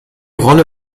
rolle